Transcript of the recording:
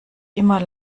immer